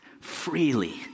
freely